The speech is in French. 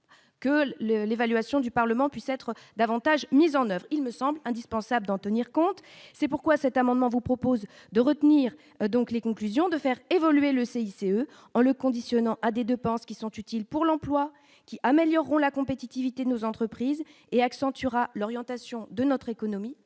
le l'évaluation du Parlement puisse être davantage mis en oeuvre, il me semble indispensable d'en tenir compte c'est pourquoi cet amendement, vous propose de retenir donc les conclusions de faire évoluer le CICE en le conditionnant à des 2 pensent qu'ils sont utiles pour l'emploi qui amélioreront la compétitivité de nos entreprises et accentuera l'orientation de notre économie